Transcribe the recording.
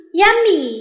yummy